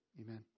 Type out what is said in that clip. Amen